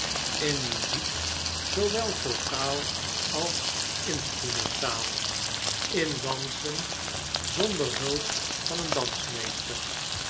in muziek zoowel vocaal als instrumenten in dansen zonder hulp van een